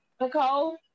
Nicole